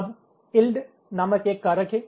अब इल्ड नामक एक कारक है